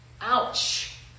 Ouch